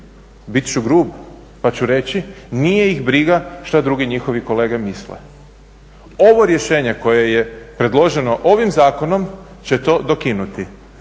bit ću grub pa ću reći nije ih briga što drugi njihovi kolege misle. Ovo rješenje koje je predloženo ovim zakonom će to dokinuti.